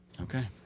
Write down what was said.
Okay